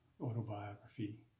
autobiography